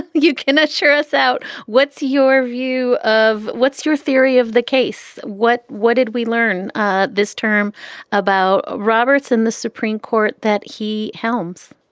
you can assure us out. what's your view of what's your theory of the case? what what did we learn ah this term about roberts in the supreme court that he helmes?